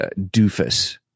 doofus